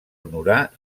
honorar